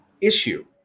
issue